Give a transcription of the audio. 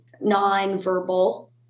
non-verbal